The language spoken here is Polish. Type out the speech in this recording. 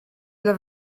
dla